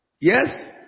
Yes